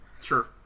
Sure